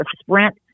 Sprint